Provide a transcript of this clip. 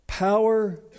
Power